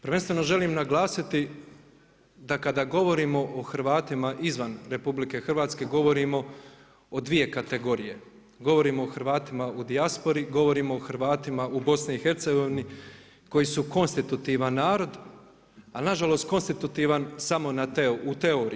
Prvenstveno želim naglasiti da kada govorimo o Hrvatima izvan RH govorimo o dvije kategorije, govorimo o Hrvatima u dijaspori, govorimo o Hrvatima u BiH-a, koji su konstitutivan narod ali nažalost konstitutivan samo u teoriji.